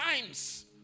times